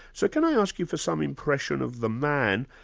so can i ask you for some impression of the man,